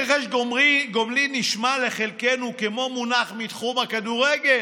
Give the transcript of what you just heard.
רכש גומלין נשמע לחלקנו כמו מונח מתחום הכדורגל,